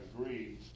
agreed